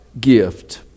gift